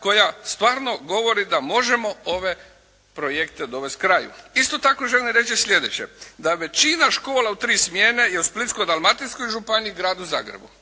koja stvarno govori da možemo ove projekte dovesti kraju. Isto tako želim reći sljedeće, da većina škola u tri smjene i u Splitsko-dalmatinskoj županiji i u Gradu Zagrebu.